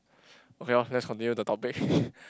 okay loh let's continue the topic